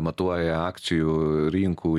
matuoja akcijų rinkų